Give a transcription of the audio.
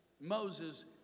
Moses